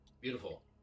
Beautiful